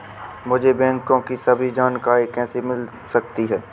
मुझे बैंकों की सभी जानकारियाँ कैसे मिल सकती हैं?